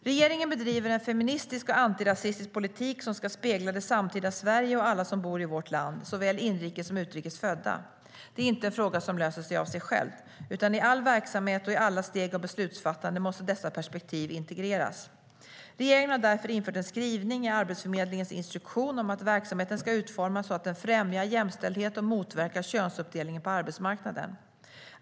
Regeringen bedriver en feministisk och antirasistisk politik som ska spegla det samtida Sverige och alla som bor i vårt land, såväl inrikes som utrikes födda. Det är inte en fråga som löser sig av sig själv, utan i all verksamhet och i alla steg av beslutsfattande måste dessa perspektiv integreras. Regeringen har därför infört en skrivning i Arbetsförmedlingens instruktion om att verksamheten ska utformas så att den främjar jämställdhet och motverkar könsuppdelningen på arbetsmarknaden.